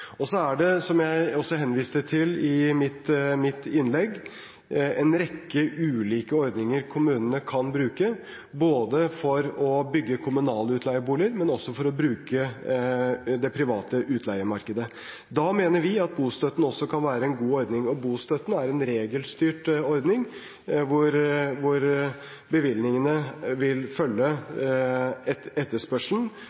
Som jeg også henviste til i mitt innlegg, er det en rekke ulike ordninger kommunene kan bruke, ikke bare for å bygge kommunale utleieboliger, men også for å bruke det private utleiemarkedet. Da mener vi at bostøtten kan være en god ordning. Bostøtten er en regelstyrt ordning hvor bevilgningene vil følge etterspørselen